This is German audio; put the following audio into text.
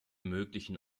möglichen